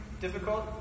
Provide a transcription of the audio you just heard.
difficult